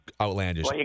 outlandish